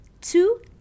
Two